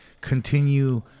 continue